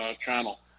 channel